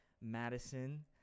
Madison